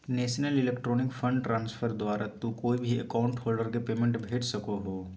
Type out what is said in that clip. national electronic fund transfer द्वारा तू कोय भी अकाउंट होल्डर के पेमेंट भेज सको हो